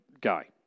guy